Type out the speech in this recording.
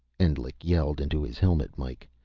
endlich yelled into his helmet mike,